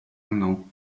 mną